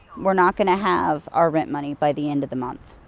we're not gonna have our rent money by the end of the month.